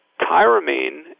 Tyramine